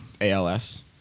ALS